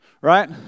Right